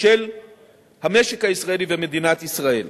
של המשק הישראלי ומדינת ישראל.